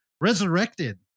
Resurrected